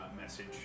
message